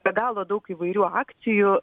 be galo daug įvairių akcijų